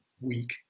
week